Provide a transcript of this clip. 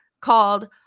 called